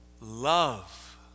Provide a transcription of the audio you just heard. love